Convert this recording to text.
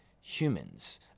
humans